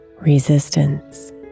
resistance